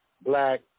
Black